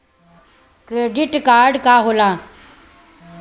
Credit card का होला?